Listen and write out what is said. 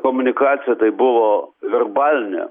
komunikacija tai buvo verbalinė